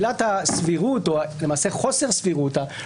עילת הסבירות או למעשה חוסר הסבירות,